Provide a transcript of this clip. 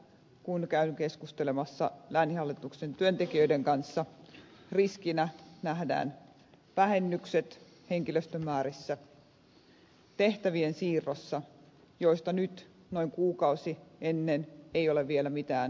kun käyn keskustelemassa lääninhallituksen työntekijöiden kanssa riskinä nähdään vähennykset henkilöstömäärissä tehtävien siirroissa joista nyt noin kuukausi ennen ei ole vielä mitään havaintoa